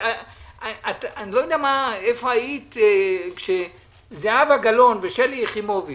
איני יודע איפה הייתי כשזהבה גלאון ושלי יחימוביץ